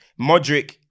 Modric